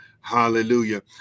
hallelujah